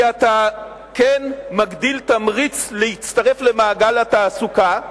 כי אתה כן מגדיל תמריץ להצטרף למעגל התעסוקה,